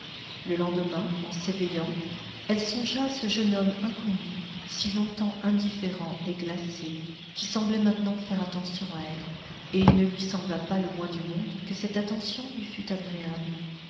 le lendemain en s'éveillant elle songea à ce jeune homme inconnu si longtemps indifférent et glacé qui semblait maintenant faire attention à elle et il ne lui sembla pas le moins du monde que cette attention lui fût agréable